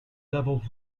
levels